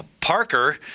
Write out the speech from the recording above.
Parker